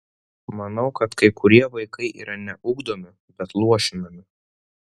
manau kad kai kurie vaikai yra ne ugdomi bet luošinami